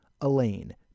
Elaine